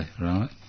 right